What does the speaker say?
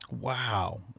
Wow